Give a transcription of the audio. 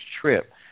trip